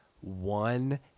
one